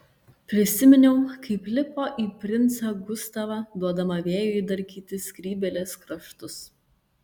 prisiminiau kaip lipo į princą gustavą duodama vėjui darkyti skrybėlės kraštus